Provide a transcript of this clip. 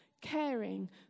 caring